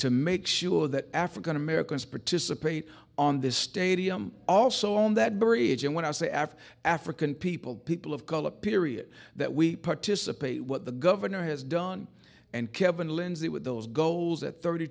to make sure that african americans participate on this stadium also on that bridge and when i say after african people people of color period that we participate what the governor has done and kevin lindsay with those goals at thirty